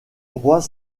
droit